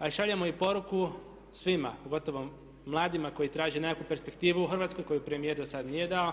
A šaljemo i poruku svima, pogotovo mladima koji traže nekakvu perspektivu u Hrvatskoj koju premijer zasad nije dao,